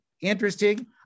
interesting